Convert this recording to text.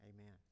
Amen